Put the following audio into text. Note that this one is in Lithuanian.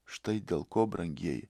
štai dėl ko brangieji